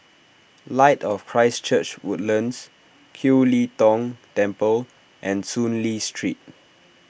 Light of Christ Church Woodlands Kiew Lee Tong Temple and Soon Lee Street